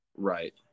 Right